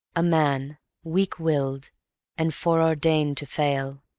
a man weak-willed and fore-ordained to fail.